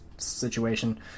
situation